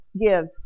give